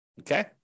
Okay